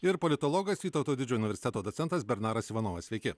ir politologas vytauto didžiojo universiteto docentas bernaras ivanovas sveiki